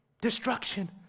Destruction